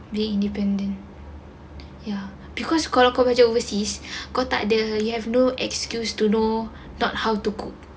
being independent ya because kalau kau belajar overseas kau takde you have no excuse to know not how to cook